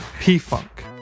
P-Funk